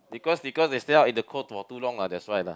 because because they stay up in the cold for too long lah that's why lah